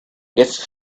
gets